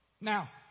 Now